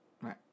Right